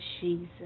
Jesus